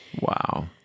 Wow